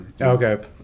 Okay